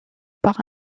par